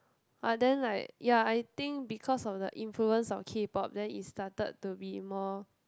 but then like ya I think because of the influence of K pop then it started to be more